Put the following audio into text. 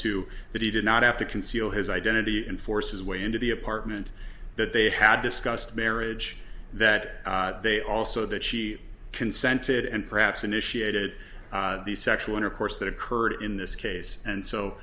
that he did not have to conceal his identity and forces way into the apartment that they had discussed marriage that they also that she consented and perhaps initiated the sexual intercourse that occurred in this case and so